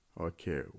okay